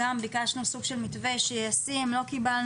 גם, ביקשנו מתווה שיהיה ישים, לא קיבלנו.